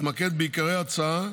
אתמקד בעיקרי ההצעה